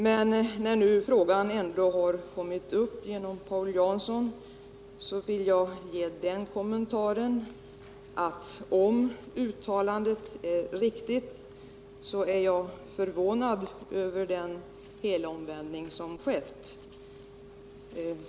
Men när nu frågan ändå har kommit upp genom Paul Janssons inlägg vill jag göra den kommentaren, att om uttalandet är riktigt är jag förvånad över den helomvändning som skett.